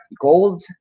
gold